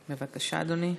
בבקשה, אדוני.